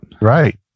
Right